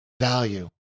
value